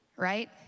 right